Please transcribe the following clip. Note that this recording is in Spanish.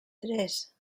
tres